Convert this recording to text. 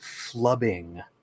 flubbing